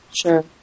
Sure